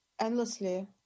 endlessly